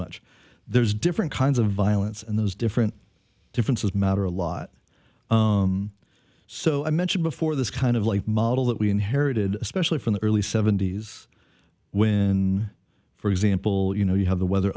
much there's different kinds of violence and those different differences matter a lot so i mentioned before this kind of life model that we inherited especially from the early seventy's when for example you know you have the weather